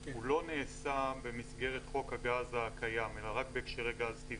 הוא לא נעשה במסגרת חוק הגז הקיים אלא רק בהקשרי גז טבעי.